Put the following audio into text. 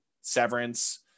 severance